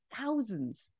thousands